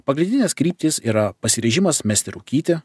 pagrindinės kryptys yra pasiryžimas mesti rūkyti